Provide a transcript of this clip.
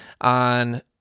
on